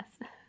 yes